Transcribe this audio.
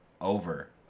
over